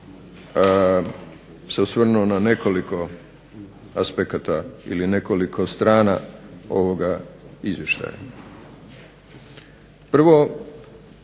se osvrnuo na nekoliko aspekata ili na nekoliko strana ovoga izvještaja.